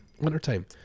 wintertime